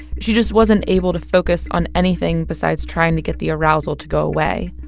she just wasn't able to focus on anything besides trying to get the arousal to go away.